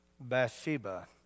Bathsheba